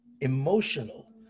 emotional